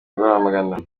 rwamagana